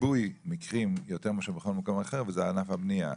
ריבוי מקרים יותר מאשר בכל מקום אחר - וזה ענף הבנייה,